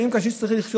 האם קשיש צריך לחיות